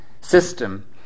system